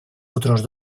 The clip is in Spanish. otros